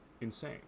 insane